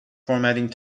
formatting